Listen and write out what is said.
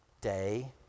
day